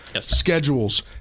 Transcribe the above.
schedules